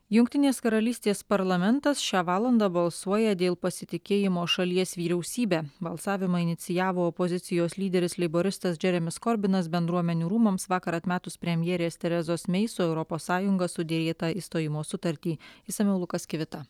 jungtinės karalystės parlamentas šią valandą balsuoja dėl pasitikėjimo šalies vyriausybe balsavimą inicijavo opozicijos lyderis leiboristas džeremis korbinas bendruomenių rūmams vakar atmetus premjerės terezos mei su europos sąjunga suderėtą išstojimo sutartį išsamiau lukas kivita